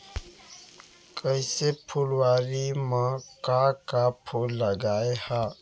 कइसे फुलवारी म का का फूल लगाय हा?